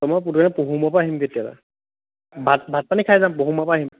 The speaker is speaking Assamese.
তই মই প্ৰথমতে পহুমৰা পৰা আহিমগৈ তেতিয়াহ'লে ভাত ভাত পানী খাই যাম পহুমৰা পৰা আহিম